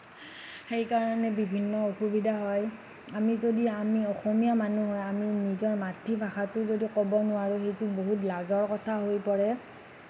সেইকাৰণে বিভিন্ন অসুবিধা হয় আমি যদি আমি অসমীয়া মানুহ হৈ আমি নিজৰ মাতৃভাষাটো যদি ক'ব নোৱাৰোঁ সেইটো বহুত লাজৰ কথা হৈ পৰে